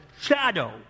shadow